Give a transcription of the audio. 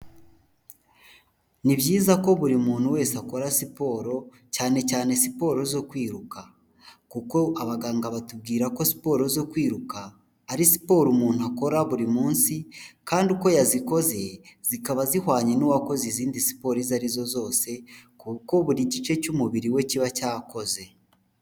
Ni byiza ko buri muntu wese akora siporo cyane cyane siporo zo kwiruka, kuko abaganga batubwira ko siporo zo kwiruka ari siporo umuntu akora buri munsi kandi uko yazikoze zikaba zihwanye n'uwakoze izindi siporo izo arizo zose kuko buri gice cy'umubiri we kiba cyakoze.